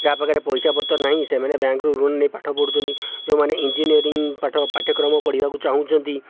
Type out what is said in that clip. ଯାହାପାଖରେ ପଇସା ପତ୍ର ନାହିଁ ସେମାନେ ବ୍ୟାଙ୍କରୁ ଲୋନ୍ ନେଇ ପାଠପଢ଼ୁଛନ୍ତି ଯେଉଁମାନେ ଇଞ୍ଜିନିୟରିଂ ପାଠ ପାଠ୍ୟକ୍ରମ ପଢ଼ିବାକୁ ଚାହୁଁଛନ୍ତି